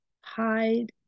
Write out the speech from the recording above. hide